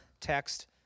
text